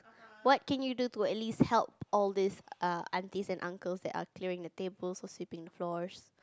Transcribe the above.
what can you do to at least help all these err aunties and uncles that are clearing the tables or sweeping floors